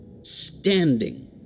standing